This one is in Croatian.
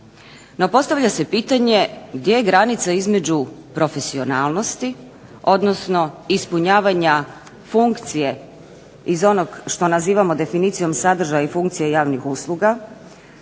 No postavlja se pitanje gdje je granica između profesionalnosti, odnosno ispunjavanja funkcije iz onog što nazivamo definicijom sadržaja i funkcija javnih usluga.